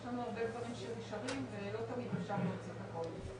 יש לנו הרבה דברים שנשארים ולא תמיד אפשר להוציא את הכל.